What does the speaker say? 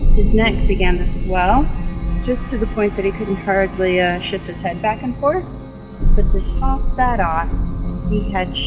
neck began to swell just to the point that he could hardly shift his head back and forth but to top that um he had